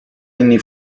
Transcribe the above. inni